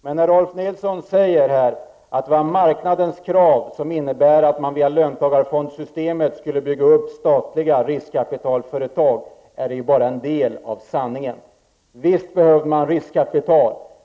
Men vad Rolf Nilson säger om att det är marknadens krav som innebär att man via löntagarfondssystemet skall bygga upp statliga riskkapitalföretag är bara en del av sanningen. Visst behövs riskkapital.